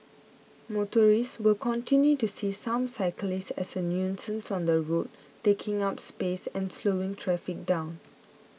motorists will continue to see some cyclists as a nuisance on the road taking up space and slowing traffic down